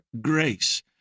grace